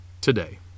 today